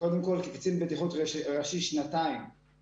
קודם שנתיים כקצין בטיחות ראשי ובחצי